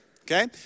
Okay